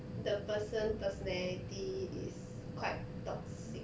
the person personality is quite toxic